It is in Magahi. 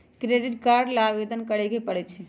क्रेडिट कार्ड ला आवेदन करे के परई छई